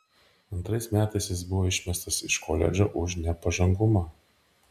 antrais metais jis buvo išmestas iš koledžo už nepažangumą